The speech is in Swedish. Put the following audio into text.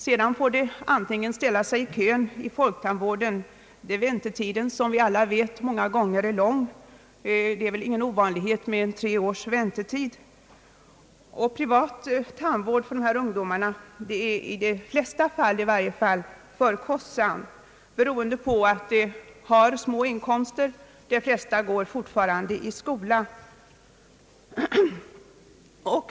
Sedan får de ställa sig i kö vid folktandvården, där väntetiden som vi alla vet ofta är mycket lång. Upp till tre år är ingen ovanlighet. Privat tandvård för dessa ungdomar blir i de flesta fall för kostsam, beroende på att många av dem har för små inkomster eller att de fortfarande går i skola.